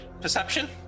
Perception